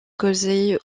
causés